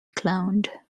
cloned